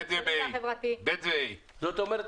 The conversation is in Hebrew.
כפי שאמרתי בתחילת הדיון: